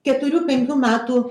keturių penkių metų